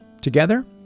Together